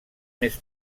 més